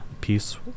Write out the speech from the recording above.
peace